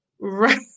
right